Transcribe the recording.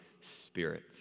spirit